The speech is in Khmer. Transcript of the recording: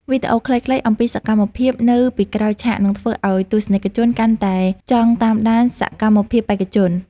វីដេអូខ្លីៗអំពីសកម្មភាពនៅពីក្រោយឆាកនឹងធ្វើឱ្យទស្សនិកជនកាន់តែចង់តាមដានសកម្មភាពបេក្ខជន។